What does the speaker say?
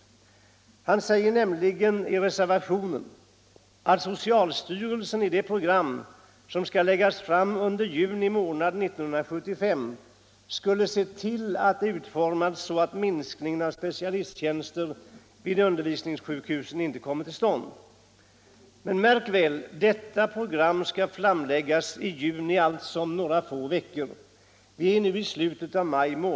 Herr Romanus säger nämligen i reservationen att socialstyrelsen bör se till att det program, som skall läggas fram under juni 1975, bör utformas så att minskningen av antalet specialisttjänster vid undervisningssjukhusen inte kommer till stånd. Men märk väl: Vi är nu i slutet av maj och detta program skall framläggas i juni, alltså om några få veckor.